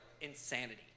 insanity